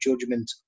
judgment